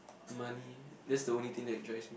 money that's the only thing that drives me